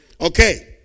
Okay